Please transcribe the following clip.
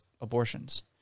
abortions